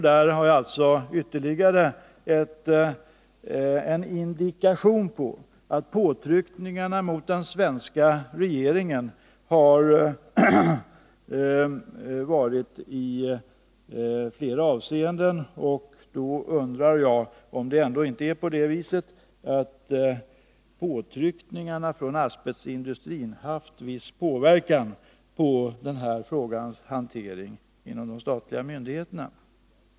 Där har vi alltså ytterligare en indikation på att påtryckningar mot den svenska regeringen har förevarit i flera avseenden. Då undrar jag om det ändå inte är så att påtryckningarna från asbestindustrin haft viss inverkan på frågans hantering inom de statliga myndigheterna.